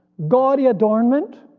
gaudy adornment,